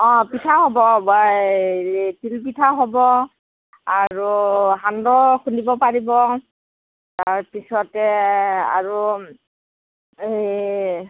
অঁ পিঠা হ'ব অঁ তিল পিঠা হ'ব আৰু সান্দহ খুন্দিব পাৰিব তাৰপিছতে আৰু